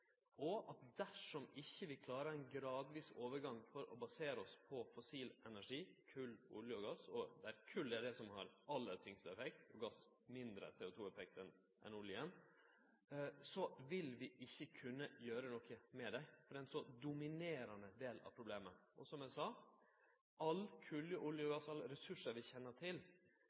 og dersom ikkje vi klarer ein gradvis overgang frå å basere oss på fossil energi – kol, olje og gass, der kol er det som har aller tyngst effekt, og gass har mindre CO2-effekt enn olja – vil vi ikkje kunne gjere noko med klimaendringane, for det er ein så dominerande del av problemet. Som eg sa: All kol, olje og gass – alle ressursar vi kjenner til